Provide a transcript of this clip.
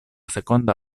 seconda